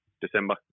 December